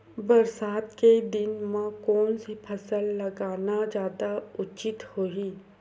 बरसात के दिन म कोन से फसल लगाना जादा उचित होही?